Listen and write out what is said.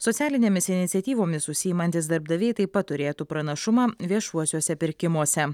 socialinėmis iniciatyvomis užsiimantys darbdaviai taip pat turėtų pranašumą viešuosiuose pirkimuose